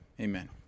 Amen